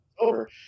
over